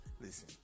Listen